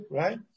right